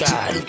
God